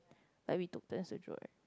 like we took turns to dri~